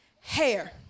hair